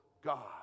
God